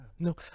No